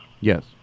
Yes